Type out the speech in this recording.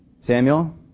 Samuel